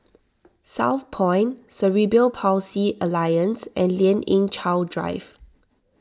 Southpoint Cerebral Palsy Alliance and Lien Ying Chow Drive